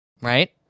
right